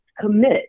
commit